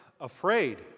afraid